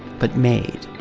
but made,